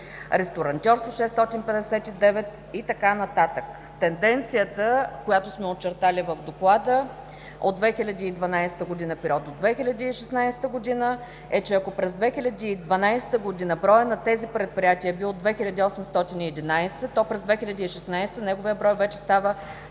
ресторантьорство – 659 и така нататък. Тенденцията, която сме очертали в Доклада от 2012 г. до 2016 г. е, че, ако през 2012 г. броят на тези предприятия е бил 2811, то през 2016 г. техният брой вече става